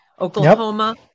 Oklahoma